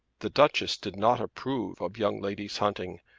the duchess did not approve of young ladies hunting.